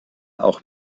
auch